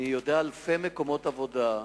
אני יודע על אלפי מקומות עבודה,